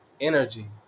energy